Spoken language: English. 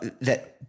that-